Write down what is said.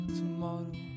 tomorrow